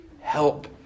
Help